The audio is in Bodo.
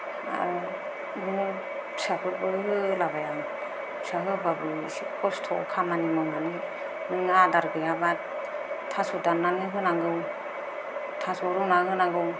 आरो बिदिनो फिसाफोरबो होलाबाया आं फिसा होआबाबो इसे खस्त' खामानि मावनानै नों आदार गैयाबा थास' दान्नानै होनांगौ थास' होना होनांगौ